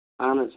اہن حظ